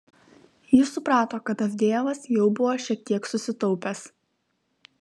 jis suprato kad avdejevas jau buvo šiek tiek susitaupęs